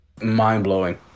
mind-blowing